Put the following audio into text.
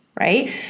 right